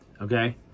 Okay